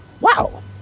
Wow